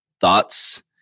thoughts